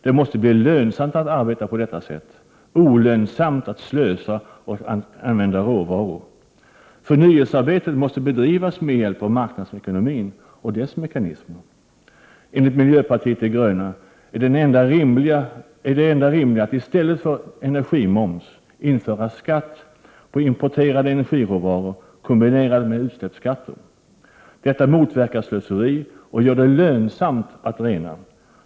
Det måste bli lönsamt att arbeta på detta sätt och olönsamt att slösa och använda råvaror. Förnyelsearbetet måste bedrivas med hjälp av marknadsekonomin och dess mekanismer. Enligt miljöpartiet de gröna är det enda rimliga att i stället för energimoms införa en skatt på importerade energiråvaror kombinerad med utsläppsskatter. Detta motverkar slöseri och gör det lönsamt att rena.